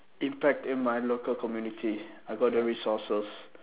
impact in my local community I got the resources